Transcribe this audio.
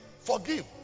forgive